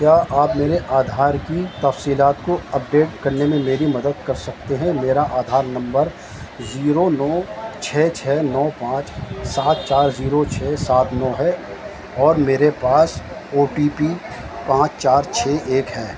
کیا آپ میرے آدھار کی تفصیلات کو اپ ڈیٹ کرنے میں میری مدد کر سکتے ہیں میرا آدھار نمبر زیرو نو چھ چھ نو پانچ سات چار زیرو چھ سات نو ہے اور میرے پاس او ٹی پی پانچ چار چھ ایک ہے